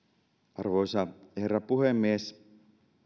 arvoisa herra puhemies